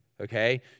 okay